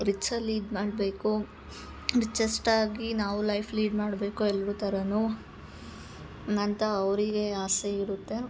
ರಿಚ್ಚಲ್ಲಿ ಇದ್ಮಾಡಬೇಕು ರಿಚ್ಚೆಸ್ಟ್ ಆಗಿ ನಾವು ಲೈಫ್ ಲೀಡ್ ಮಾಡಬೇಕು ಎಲ್ರು ಥರನು ನಂತ ಅವರಿಗೆ ಆಸೆ ಇರುತ್ತೆ